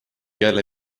jälle